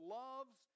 loves